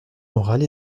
morale